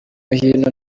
hino